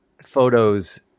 Photos